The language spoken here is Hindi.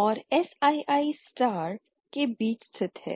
और Sii स्टार के बीच स्थित है